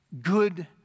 good